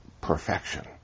perfection